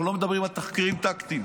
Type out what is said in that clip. אנחנו לא מדברים על תחקירים טקטיים,